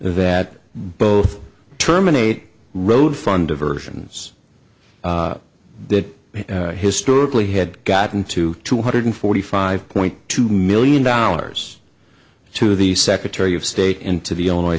that both terminate road fund diversions that historically had gotten to two hundred forty five point two million dollars to the secretary of state and to be on